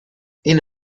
این